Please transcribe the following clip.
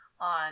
on